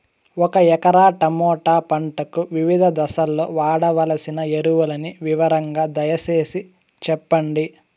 ఒక ఎకరా టమోటా పంటకు వివిధ దశల్లో వాడవలసిన ఎరువులని వివరంగా దయ సేసి చెప్పండి?